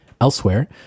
Elsewhere